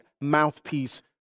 mouthpiece